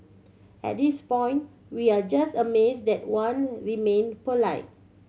at this point we are just amazed that Wan remained polite